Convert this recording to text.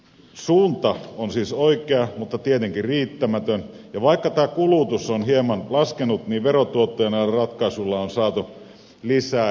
suunta on siis oikea mutta tietenkin riittämätön ja vaikka tämä kulutus on hieman laskenut niin verotuottoja näillä ratkaisuilla on saatu lisää